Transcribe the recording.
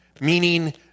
meaning